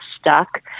stuck